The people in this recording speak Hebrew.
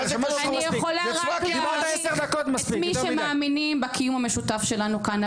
אני יכולה רק להעריך את מי שמאמין בקיום המשותף שלנו כאן,